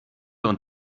und